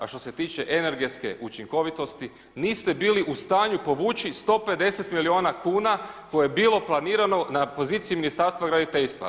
A što se tiče energetske učinkovitosti niste bili u stanju povući 150 milijuna kuna koje je bilo planirano na poziciji Ministarstva graditeljstva.